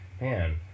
man